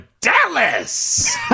Dallas